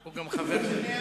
הוא גם חבר שלי.